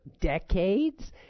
decades